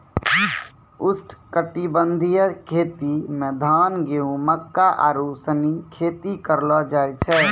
उष्णकटिबंधीय खेती मे धान, गेहूं, मक्का आरु सनी खेती करलो जाय छै